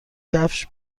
کفش